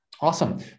Awesome